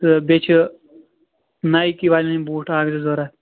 تہٕ بیٚیہِ چھِ نایکی والٮ۪ن ہٕنٛدۍ بوٗٹھ اَکھ زٕ ضروٗرت